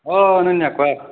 অঁ অনন্যা কোৱা